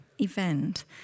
event